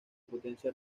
potencia